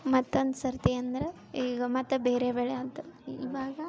ಮತ್ತೊಂದ್ಸರ್ತಿ ಅಂದ್ರ ಈಗ ಮತ್ತೆ ಬೇರೆ ಬೆಳೆ ಆತು ಇವಾಗ